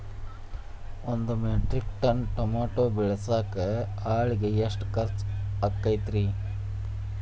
ಒಂದು metric ton tomato ಬೆಳಸಾಕ್ ಆಳಿಗೆ ಎಷ್ಟು ಖರ್ಚ್ ಆಕ್ಕೇತ್ರಿ?